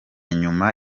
nyuma